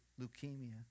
leukemia